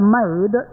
made